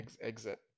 exit